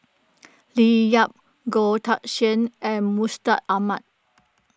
Leo Yip Goh Teck Sian and Mustaq Ahmad